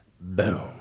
boom